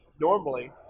normally